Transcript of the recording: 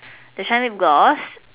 the shine lip gloss